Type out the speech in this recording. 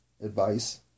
advice